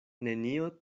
nenio